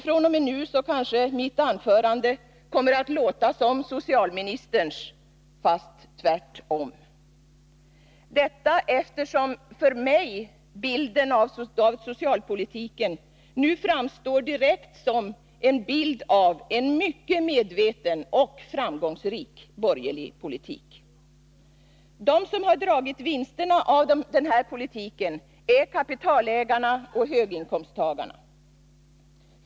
fr.o.m. nu kanske mitt anförande kommer att låta som socialministerns — fast tvärtom. För mig framstår nämligen bilden av socialpolitiken direkt som en bild av en mycket medveten och framgångsrik borgerlig politik. De som har dragit vinsterna av denna politik är kapitalägare och höginkomsttagare.